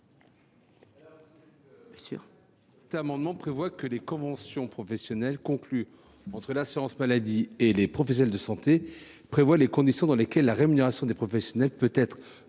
Cet amendement vise à ce que les conventions professionnelles conclues entre l’assurance maladie et les professionnels de santé prévoient les conditions dans lesquelles la rémunération des professionnels peut être